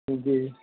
जी